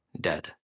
dead